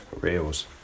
reels